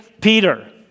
Peter